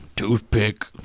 Toothpick